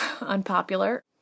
unpopular